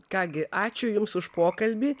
ką gi ačiū jums už pokalbį